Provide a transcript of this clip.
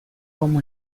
come